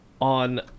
on